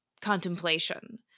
contemplation